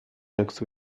next